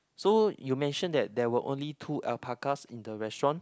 so you mention that there were only two alpacas in the restaurant